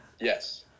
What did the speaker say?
Yes